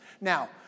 Now